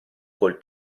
col